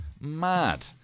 Mad